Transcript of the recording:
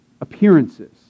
appearances